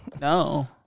No